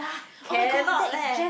cannot eh